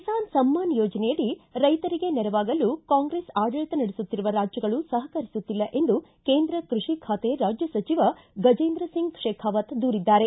ಕಿಸಾನ್ ಸಮ್ಮಾನ್ ಯೋಜನೆಯಡಿ ರೈತರಿಗೆ ನೆರವಾಗಲು ಕಾಂಗ್ರೆಸ್ ಆಡಳಿತ ನಡೆಸುತ್ತಿರುವ ರಾಜ್ಯಗಳು ಸಹಕರಿಸುತ್ತಿಲ್ಲ ಎಂದು ಕೇಂದ್ರ ಕೃಷಿ ಖಾತೆ ರಾಜ್ಯ ಸಚಿವ ಗಜೇಂದ್ರ ಸಿಂಗ್ ಶೇಖಾವತ್ ದೂರಿದ್ದಾರೆ